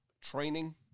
training